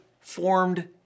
formed